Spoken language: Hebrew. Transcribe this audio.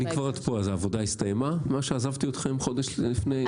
אבל אם כבר את פה העבודה הסתיימה מאז שעזבתי אתכם לפני כמה חודשים?